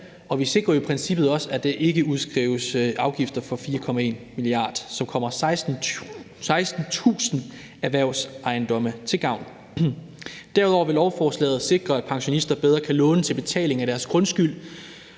og vi sikrer jo i princippet også, at der ikke udskrives afgifter for 4,1 mia. kr., som kommer 16.000 erhvervsejendomme til gavn. Derudover vil lovforslaget sikre, at pensionister bedre kan låne til betaling af deres grundskyld.